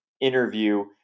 interview